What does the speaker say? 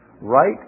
Right